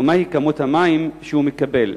ומהי כמות המים שהוא מקבל?